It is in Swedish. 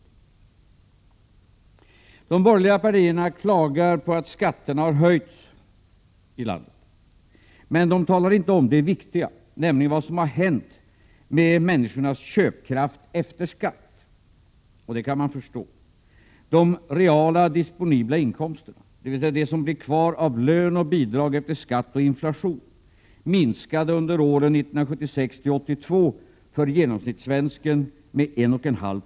Oo De borgerliga klagar på att skatterna har höjts i landet, men de talar inte om det viktiga — nämligen vad som har hänt med människors köpkraft efter skatt. Det kan man förstå. De reala disponibla inkomsterna, dvs. det som blir kvar av lön och bidrag efter skatt och inflation, minskade under åren 1976-1982 för genomsnittssvensken med 1,5 20.